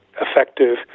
effective